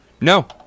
no